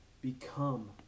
become